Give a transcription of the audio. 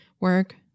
work